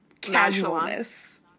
casualness